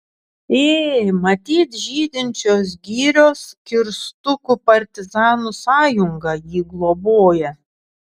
ė matyt žydinčios girios kirstukų partizanų sąjunga jį globoja